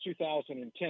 2010